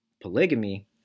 polygamy